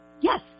Yes